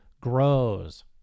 Grows